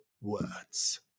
words